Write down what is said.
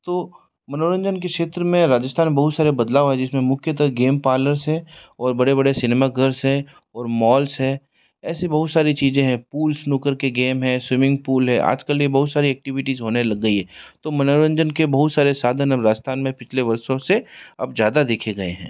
तो मनोरंजन के क्षेत्र में राजस्थान में बहुत सारे बदलाव आए जिस में मुख्यतः गेम पार्लर्स है और बड़े बड़े सिनेमा घर हैं और माल्स हैं ऐसी बहुत सारी चीज़ें हैं पूल्स स्नुकर के गेम है स्विमिंग पूल है आज कल ये बहुत सारी ऐक्टिविटीज़ होने लग गई है तो मनोरंजन के बहुत सारे साधन अब राजस्थान में पिछले वर्षों से अब ज़्यादा देखे गए हैं